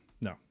No